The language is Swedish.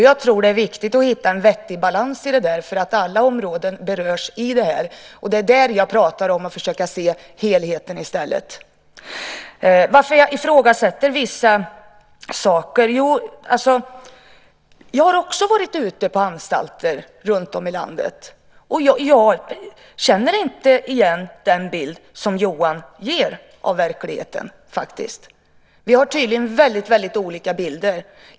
Jag tror att det är viktigt att hitta en vettig balans i det eftersom alla områden berörs. Det är där jag talar om att försöka se helheten i stället. Det frågades varför jag ifrågasätter vissa saker. Också jag har varit ute på anstalter runtom i landet. Jag känner inte igen den bild som Johan ger av verkligheten. Vi har tydligen väldigt olika bilder.